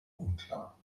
unklar